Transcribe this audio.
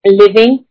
living